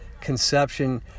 conception